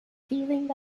feeling